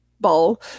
ball